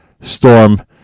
storm